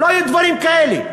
לא היו דברים כאלה.